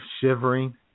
shivering